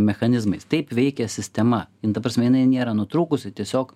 mechanizmais taip veikia sistema jin ta prasme jinai nėra nutrūkusi tiesiog